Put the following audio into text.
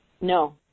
No